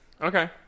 okay